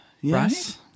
Yes